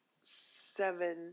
seven